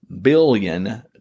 billion